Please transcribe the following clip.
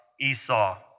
Esau